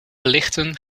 lichten